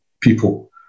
people